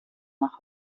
nach